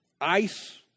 Ice